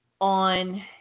on